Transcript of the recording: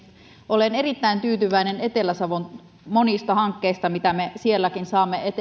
olen erittäin tyytyväinen etelä savon monista hankkeista mitä me sielläkin saamme